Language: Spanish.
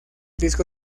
disco